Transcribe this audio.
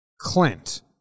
Clint